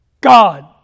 God